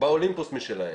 באולימפוס משלהם.